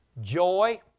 Joy